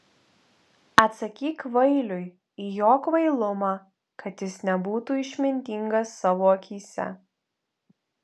atsakyk kvailiui į jo kvailumą kad jis nebūtų išmintingas savo akyse